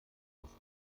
aus